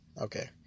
Okay